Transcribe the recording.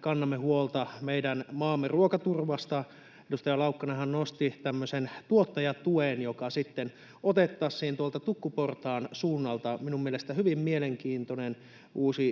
kannamme — huolta meidän maamme ruokaturvasta. Edustaja Laukkanenhan nosti tämmöisen tuottajatuen, joka sitten otettaisiin tuolta tukkuportaan suunnalta. Minun mielestäni hyvin mielenkiintoinen